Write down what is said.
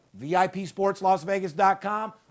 vipsportslasvegas.com